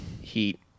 heat